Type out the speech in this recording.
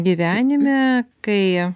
gyvenime kai